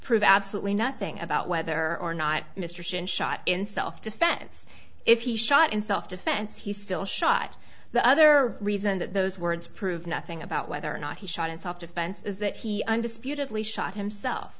prove absolutely nothing about whether or not mr shin shot in self defense if he shot in self defense he still shot the other reason that those words prove nothing about whether or not he shot in self defense is that he undisputedly shot himself